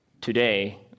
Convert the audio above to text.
Today